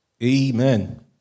Amen